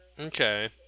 Okay